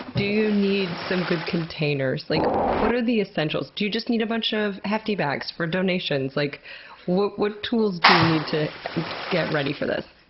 do you need some good containers? like what are the essentials? do you just need a bunch of hefty bags for donations? like what what tools do you need to get ready for this?